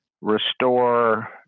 restore